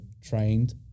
trained